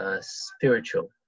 spiritual